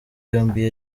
yombi